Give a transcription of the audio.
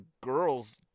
girls